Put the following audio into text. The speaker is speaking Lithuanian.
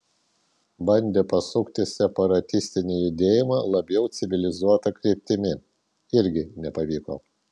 bandė pasukti separatistinį judėjimą labiau civilizuota kryptimi irgi nepavyko